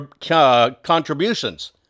contributions